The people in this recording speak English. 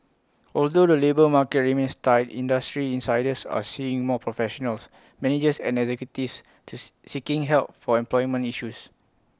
although the labour market remains tight industry insiders are seeing more professionals managers and executives teeth seeking help for employment issues